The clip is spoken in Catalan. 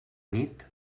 nit